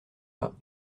pas